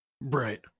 Right